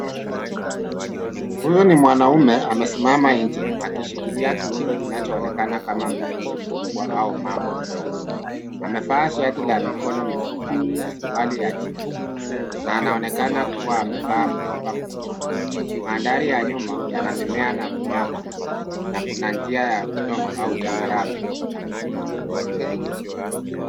Huyu ni mwanaume amesimama nje, akishikilia kiumbe kinachoonekana kama mjusi mkubwa au mamba mdogo. Amevaa shati la mikono mifupi na suruali ya jeans na anaonekana kuwa amevaa mkoba mkononi. Mandhari ya nyuma yana mimea na miamba na kuna njia ya udongo au changarawe anaposimama.